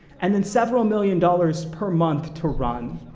and then several million dollars per month to run.